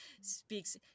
speaks